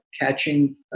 catching